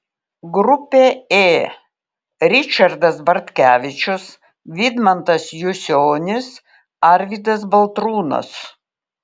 grupė ė ričardas bartkevičius vidmantas jusionis arvydas baltrūnas